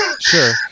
Sure